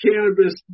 cannabis